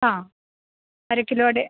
ആ അര കിലോയുടെ